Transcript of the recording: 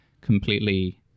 completely